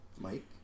Mike